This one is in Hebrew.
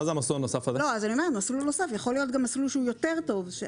שהוא יכול להיות גם מסלול יותר טוב.